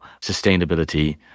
sustainability